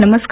नमस्कार